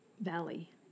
valley